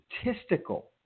statistical